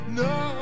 no